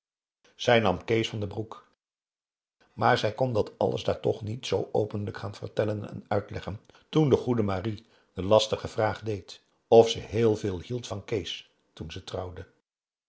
zij nam kees van den broek maar zij kon dat alles daar toch niet zoo openlijk gaan vertellen en uitleggen toen de goede marie de lastige vraag deed of ze heel veel hield van kees toen ze trouwden